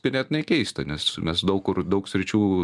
ganėtinai keista nes mes daug kur daug sričių